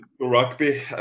rugby